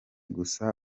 gusa